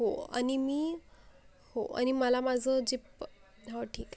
हो आणि मी हो आणि मला माझं जे प हो ठीक आहे